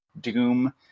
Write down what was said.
Doom